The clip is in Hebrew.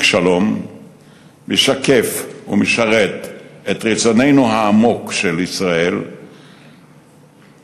שלום משקפת ומשרתת את רצונה העמוק של ישראל בשלום,